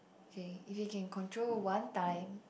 okay if you can control one time